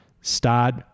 Start